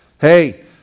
Hey